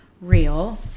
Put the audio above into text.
real